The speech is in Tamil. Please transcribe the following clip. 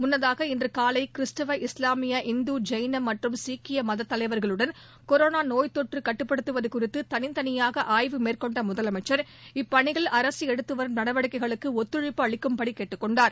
முன்னதாக இன்று காலை கிறிஸ்தவ இஸ்லாமிய இந்து ஜெயின் மற்றும் சீக்கிய மதத் தலைவர்களுடன் கொரோனா தொற்றுநோய் குறித்து கட்டுப்படுத்துவது குறித்து தனித்தனியாக ஆய்வு மேற்கொண்ட முதலமைச்சா் இப்பனியில் அரசு எடுத்துவரும் நடவடிக்கைகளுக்கு ஒத்துழைப்பு அளிக்கும்படி கேட்டுக் கொண்டார்